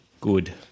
Good